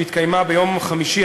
שהתקיימה ביום חמישי,